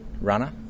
runner